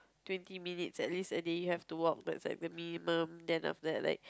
twenty minutes at least a day you have to walk that's like a minimum then after that like